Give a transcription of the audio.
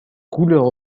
couleurs